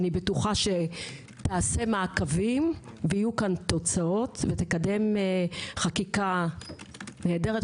אני בטוחה שתעשה מעקבים ויהיו כאן תוצאות ותקדם חקיקה נהדרת.